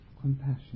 compassion